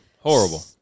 Horrible